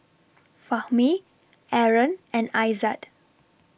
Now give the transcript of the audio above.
Fahmi Aaron and Aizat